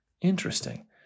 Interesting